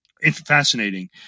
Fascinating